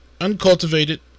uncultivated